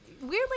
weirdly